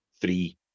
three